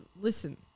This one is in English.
listen